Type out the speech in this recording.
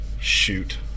shoot